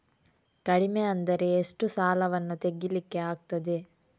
ಕಡಿಮೆ ಅಂದರೆ ಎಷ್ಟು ಸಾಲವನ್ನು ತೆಗಿಲಿಕ್ಕೆ ಆಗ್ತದೆ?